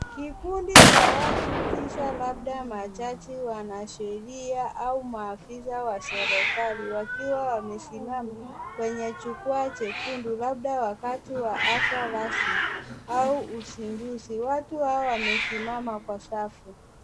Kikundi cha watu kisa labda majaji wanasheria au maafisa wa serikali wakiwa wamesimama kwenye chukua jekundu labda wakati wa afa rasmi. Au uzinduzi, watu hawa wamesimama kwa safu.